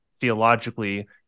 theologically